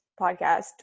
podcast